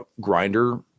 grinder